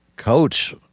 Coach